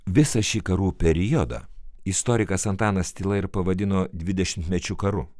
visą šį karų periodą istorikas antanas tyla ir pavadino dvidešimtmečiu karu